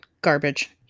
Garbage